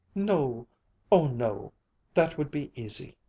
no oh no that would be easy